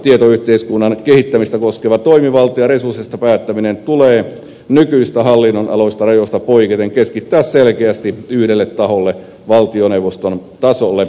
tietoyhteiskunnan kehittämistä koskeva toimivalta ja resursseista päättäminen tulee nykyisistä hallinnon alan rajoista poiketen keskittää selkeästi yhdelle taholle valtioneuvoston tasolla